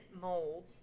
mold